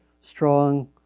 strong